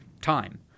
time